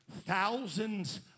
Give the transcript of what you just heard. thousands